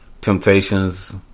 Temptations